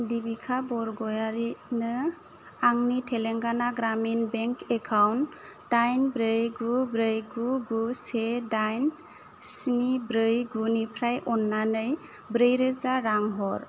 देबिका बरग'यारिनो आंनि Telangana Gramin bank account दाइन ब्रै गु ब्रै गु गु से दाइन स्नि ब्रै गुनिफ्राय अननानै ब्रैरोजा रां हर